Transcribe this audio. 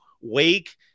wake